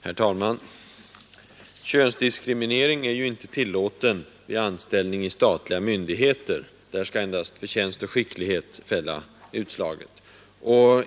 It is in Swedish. Herr talman! Könsdiskriminering är ju inte tillåten vid anställning i statliga myndigheter. Där skall endast förtjänst och skicklighet fälla utslaget.